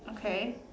okay